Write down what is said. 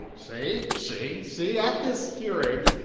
see? see? see, at this hearing,